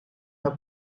our